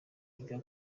yiga